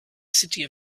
city